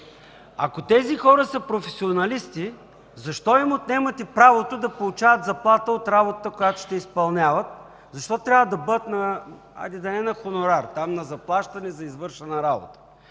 ако тези хора са професионалисти, защо им отнемате правото да получават заплата от работата, която ще изпълняват? Защо трябва да бъдат, хайде да не е на хонорар, на заплащане за извършена работа?